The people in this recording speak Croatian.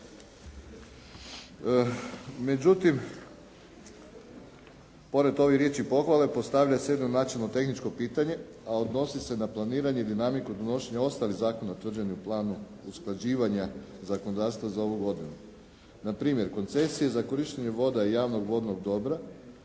Međutim, pored ovih riječi pohvale postavlja se jedno načelno, tehničko pitanje a odnosi se na planiranje i dinamiku donošenja ostalih zakona utvrđenih planom usklađivanja zakonodavstva za ovu godinu. Na primjer, koncesije za korištenje voda i javnog vodnog dobra